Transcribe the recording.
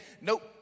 nope